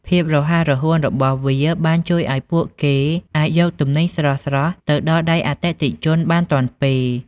ភាពរហ័សរហួនរបស់វាបានជួយឱ្យពួកគេអាចយកទំនិញស្រស់ៗទៅដល់ដៃអតិថិជនបានទាន់ពេល។